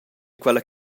quella